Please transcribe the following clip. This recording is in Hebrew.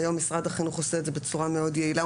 היום משרד החינוך עושה את זה בצורה מאוד יעילה.